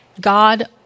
God